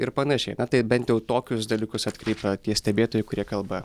ir panašiai na tai bent jau tokius dalykus atkreipia tie stebėtojai kurie kalba